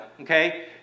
Okay